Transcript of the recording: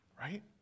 Right